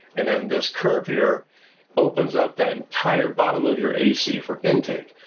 and then this curve here opens up that entire bottom of your a c for intake.